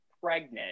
pregnant